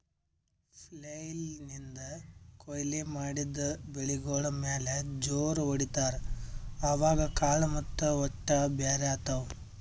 flail ನಿಂದ್ ಕೊಯ್ಲಿ ಮಾಡಿದ್ ಬೆಳಿಗೋಳ್ ಮ್ಯಾಲ್ ಜೋರ್ ಹೊಡಿತಾರ್, ಅವಾಗ್ ಕಾಳ್ ಮತ್ತ್ ಹೊಟ್ಟ ಬ್ಯಾರ್ ಆತವ್